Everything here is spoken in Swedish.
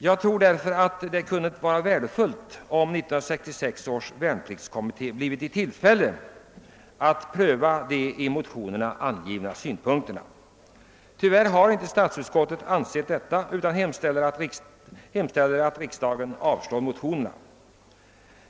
Jag tror därför att det kunde vara värdefullt om 1966 års värnpliktskommitté bleve i tillfälle att pröva de i motionerna angivna synpunkterna. Tyvärr har inte statsutskottet ansett detta, utan hemställer att riksdagen avslår motionerna.